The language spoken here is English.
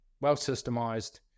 well-systemized